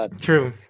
True